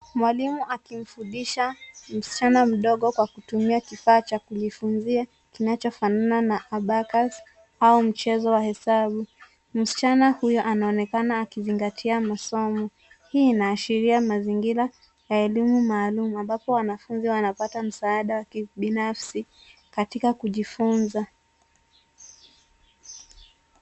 Mwalimu akimfundisha msichana mdogo kwa kutumia kifaa cha kujifunzia kinacho fanana na abacus au mchezo wa hesabu. Msichana huyo anaonekana akizingatia masomo, hii inaashiria mazingira ya elimu maalum ambapo wanafunzi wanapata msaada wa kibinafsi katika kujifunza.